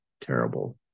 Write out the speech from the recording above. terrible